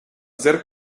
ser